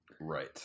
Right